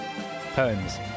poems